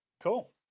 Cool